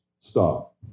Stop